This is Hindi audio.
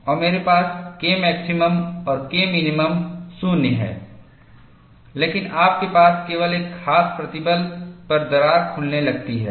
और मेरे पास Kmax और Kmin 0 है लेकिन आपके पास केवल एक खास प्रतिबल पर दरार खुलने लगती है